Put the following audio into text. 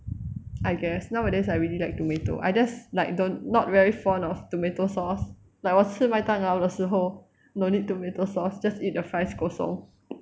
I guess nowadays I really like tomato I just like don't not very fond of tomato sauce like 我吃麦当劳的时候 no need tomato sauce just eat the fries kosong